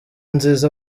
nziza